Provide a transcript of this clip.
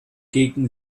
gegen